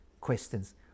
questions